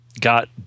got